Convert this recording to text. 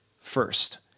first